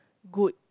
good